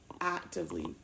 actively